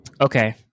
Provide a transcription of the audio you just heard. Okay